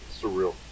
surreal